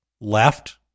left